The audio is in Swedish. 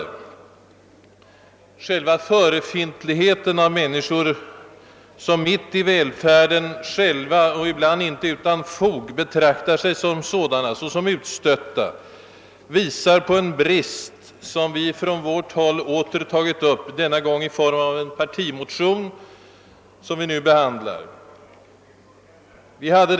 Förefintligheten av människor som mitt i välfärden själva — och ofta inte utan fog — betraktar sig som utstötta visar på en brist, som vi från vårt håll åter har tagit upp, denna gång i form av den partimotion som behandlas under denna punkt i statsutskottets utlåtande.